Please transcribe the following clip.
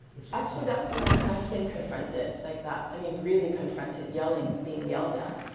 actually, that's what i've i've been confronted like that. i mean really confronted. yelling, being yelled at.